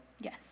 Yes